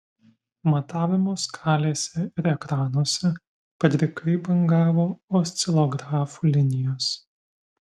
matavimo skalėse ir ekranuose padrikai bangavo oscilografų linijos